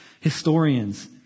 historians